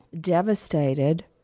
devastated